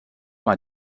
mal